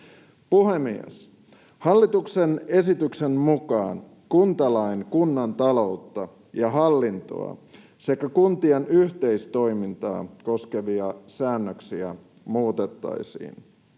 Puhemies! Hallituksen esityksen mukaan kuntalain kunnan taloutta ja hallintoa sekä kuntien yhteistoimintaa koskevia säännöksiä muutettaisiin.